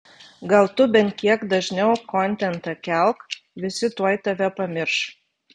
gal tu bent kiek dažniau kontentą kelk visi tuoj tave pamirš